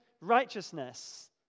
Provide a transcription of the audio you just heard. righteousness